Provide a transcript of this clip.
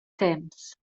temps